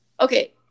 okay